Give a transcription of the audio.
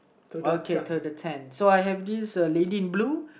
okay to the tent so I have this uh lady in blue